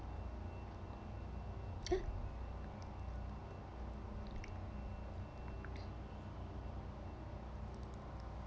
ya